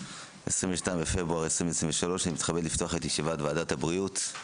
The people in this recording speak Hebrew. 22 בפברואר 2023. אני מתכבד לפתוח את ישיבת ועדת הבריאות.